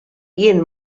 jien